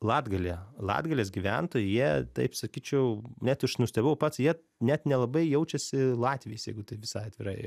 latgalėje latgalės gyventojai jie taip sakyčiau net iš nustebau pats jie net nelabai jaučiasi latviais jeigu taip visai atvirai